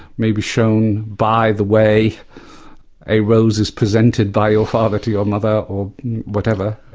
may be shown by the way a rose is presented by your father to your mother or whatever,